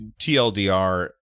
TLDR